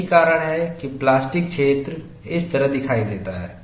यही कारण है कि प्लास्टिक क्षेत्र इस तरह दिखाई देता है